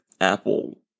Apple